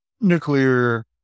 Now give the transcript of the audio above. nuclear